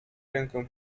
rękę